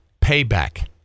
Payback